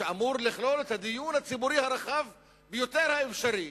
שאמור לכלול את הדיון הציבורי הרחב ביותר האפשרי,